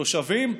תושבים,